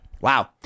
Wow